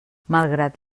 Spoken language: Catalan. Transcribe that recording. malgrat